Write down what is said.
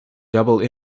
double